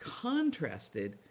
contrasted